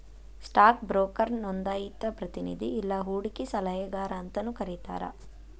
stock ಬ್ರೋಕರ್ನ ನೋಂದಾಯಿತ ಪ್ರತಿನಿಧಿ ಇಲ್ಲಾ ಹೂಡಕಿ ಸಲಹೆಗಾರ ಅಂತಾನೂ ಕರಿತಾರ